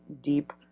deep